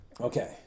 Okay